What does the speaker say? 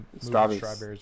strawberries